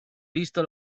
visto